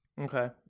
Okay